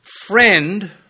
friend